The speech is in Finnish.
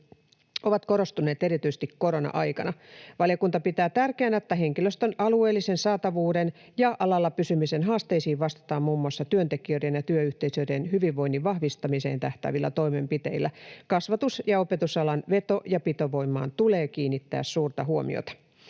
ovat korostuneet erityisesti korona-aikana. Valiokunta pitää tärkeänä, että henkilöstön alueellisen saatavuuden ja alalla pysymisen haasteisiin vastataan muun muassa työntekijöiden ja työyhteisöjen hyvinvoinnin vahvistamiseen tähtäävillä toimenpiteillä. Kasvatus- ja opetusalan veto- ja pitovoimaan tulee kiinnittää suurta huomiota.